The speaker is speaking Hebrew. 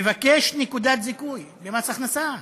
מבקש נקודת זיכוי ממס הכנסה.